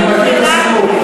אני מכיר את הסיפור.